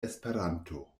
esperanto